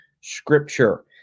scripture